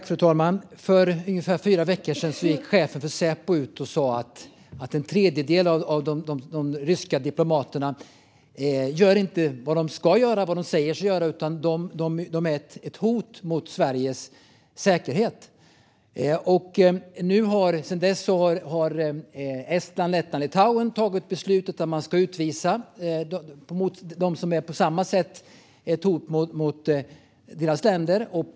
Fru talman! För ungefär fyra veckor sedan gick chefen för Säpo ut och sa att en tredjedel av de ryska diplomaterna inte gör vad de ska göra och säger sig göra, utan de är ett hot mot Sveriges säkerhet. Sedan dess har Estland, Lettland och Litauen tagit beslutet att man ska utvisa dem som på samma sätt är ett hot mot deras länder.